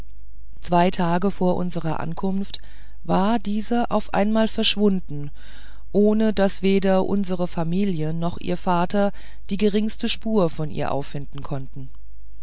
zwei tage vor unserer ankunft war diese auf einmal verschwunden ohne daß weder unsere familie noch ihr vater die geringste spur von ihr auffinden konnten